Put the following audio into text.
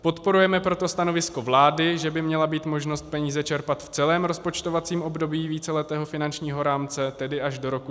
Podporujeme proto stanovisko vlády, že by měla být možnost peníze čerpat v celém rozpočtovacím období víceletého finančního rámce, tedy až do roku 2027.